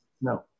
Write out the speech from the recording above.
No